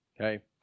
okay